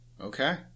Okay